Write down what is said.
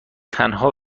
تنها